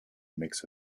mix